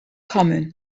common